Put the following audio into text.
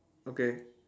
okay